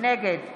נגד